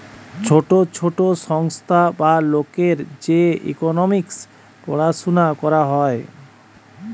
ছোট ছোট সংস্থা বা লোকের যে ইকোনোমিক্স পড়াশুনা করা হয়